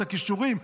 את הכישורים.